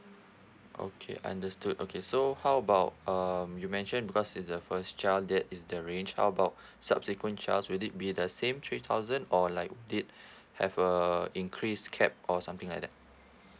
okay understood okay so how about um you mention because is the first child that is the range about subsequent child would it be the same three thousand or like did have a increase cap or something like that